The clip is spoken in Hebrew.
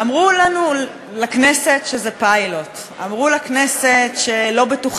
אמרו לנו, לכנסת, שזה פיילוט.